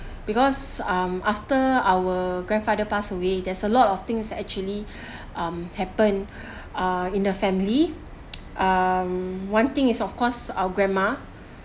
because um after our grandfather passed away there's a lot of things actually um happen uh in the family um one thing is of course our grandma